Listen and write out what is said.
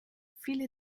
viele